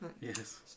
Yes